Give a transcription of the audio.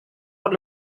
por